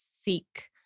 seek